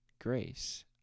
grace